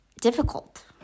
difficult